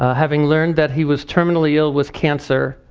ah having learned that he was terminally ill with cancer,